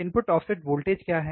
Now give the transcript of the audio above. input offset voltage क्या हैं